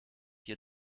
hier